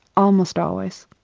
almost always,